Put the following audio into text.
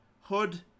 hood